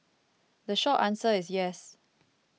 the short answer is yes